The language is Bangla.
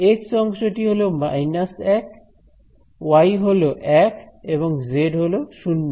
এক্স অংশটি হলো মাইনাস ওয়ান ওয়াই হল ওয়ান এবং জেড হলো শূন্য